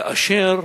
כאשר